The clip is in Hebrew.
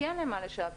כי אין להם מה לשעבד.